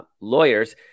lawyers –